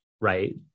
right